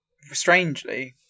Strangely